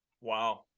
wow